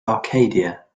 arcadia